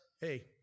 Hey